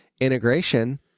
integration